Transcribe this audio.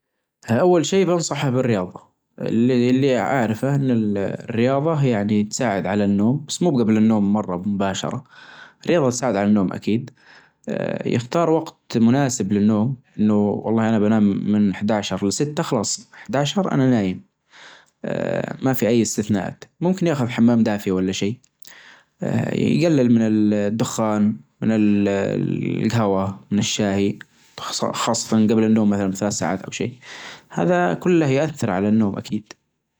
أول شيء بنصحه بالرياضة اللي-اللي أعرفه أن الرياضة يعني تساعد على النوم بس موب قبل النوم مرة مباشرة، رياظة تساعد على النوم أكيد آآ يختار وقت مناسب للنوم أنه والله أنا بنام من حداشر لستة خلاص حداشر أنا نايم آآ ما في أي استثناءات ممكن ياخذ حمام دافي ولا شي، آآ يجلل من الدخان من الهوا من الشاهي خاصة جبل النوم مثلا بثلاث ساعات أو شي هذا كله يأثر على النوم أكيد.